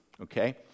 Okay